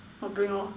oh bring lor